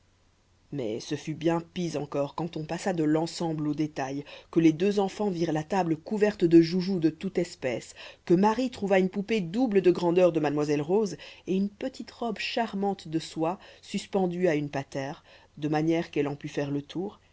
mais ce fut bien pis encore quand on passa de l'ensemble aux détails que les deux enfants virent la table couverte de joujoux de toute espèce que marie trouva une poupée double de grandeur de mademoiselle rose et une petite robe charmante de soie suspendue à une patère de manière qu'elle en pût faire le tour